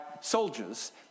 soldiers